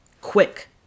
quick